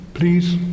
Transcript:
Please